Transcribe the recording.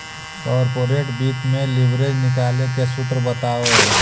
corporate वित्त में leverage निकाले के सूत्र बताओ